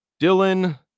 Dylan